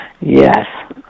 Yes